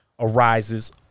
Arises